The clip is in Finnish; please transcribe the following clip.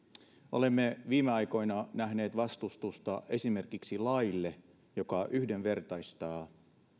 olemme viime aikoina nähneet vastustusta esimerkiksi laille joka yhdenvertaistaa